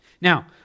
Now